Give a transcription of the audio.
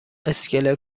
اسکله